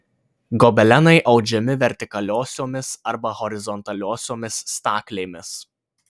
gobelenai audžiami vertikaliosiomis arba horizontaliosiomis staklėmis